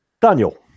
Daniel